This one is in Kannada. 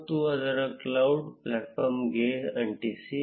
ಮತ್ತು ಅದನ್ನು ಕ್ಲೌಡ್ ಪ್ಲಾಟ್ಫಾರ್ಮ್ಗೆ ಅಂಟಿಸಿ